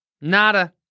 nada